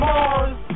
Mars